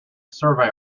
survey